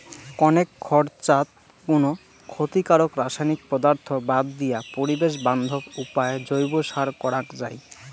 কণেক খরচাত কুনো ক্ষতিকারক রাসায়নিক পদার্থ বাদ দিয়া পরিবেশ বান্ধব উপায় জৈব সার করাং যাই